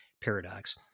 Paradox